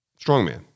strongman